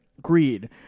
Greed